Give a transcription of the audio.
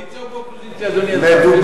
בקואליציה או באופוזיציה, אדוני השר, איפה אתה?